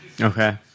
Okay